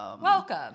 Welcome